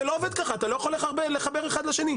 זה לא עובד ככה, אתה לא יכול לחבר בין אחד לשני.